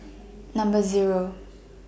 Number Zero